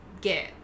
get